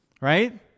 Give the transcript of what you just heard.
Right